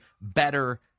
better